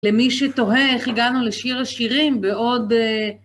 למי שתוהה, איך הגענו לשיר השירים בעוד...